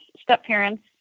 step-parents